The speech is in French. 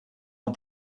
ans